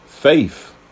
faith